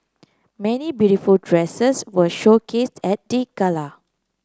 many beautiful dresses were showcased at the gala